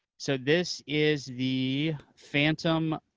so this is the phantom